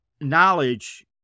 knowledge